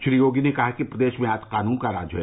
श्री योगी ने कहा कि प्रदेश में आज कानून का राज है